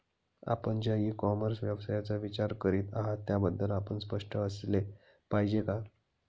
आपण ज्या e commerce व्यवसायाचा विचार करीत आहात त्याबद्दल आपण स्पष्ट असले पाहिजे का?